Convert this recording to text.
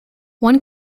one